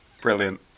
Brilliant